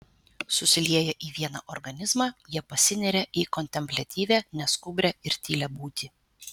susilieję į vieną organizmą jie pasineria į kontempliatyvią neskubrią ir tylią būtį